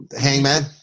Hangman